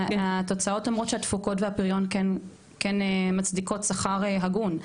התוצאות אומרות שהתפוקות והפריון כן מצדיקות שכר הגון.